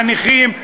הנכים,